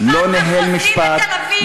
לא ניהל משפט,